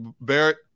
Barrett